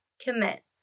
Commit